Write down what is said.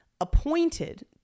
appointed